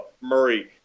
Murray